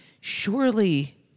surely